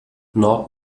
nord